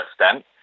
extent